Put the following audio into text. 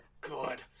good